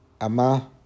Ama